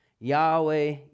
Yahweh